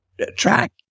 track